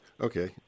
Okay